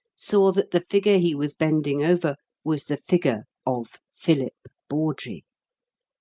saw that the figure he was bending over was the figure of philip bawdrey.